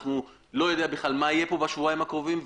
אני לא יודע בכלל מה יהיה פה בשבועיים הקרובים,